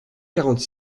quarante